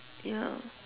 ya